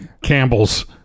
Campbells